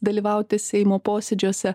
dalyvauti seimo posėdžiuose